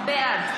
לא, לא נכון.